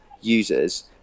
users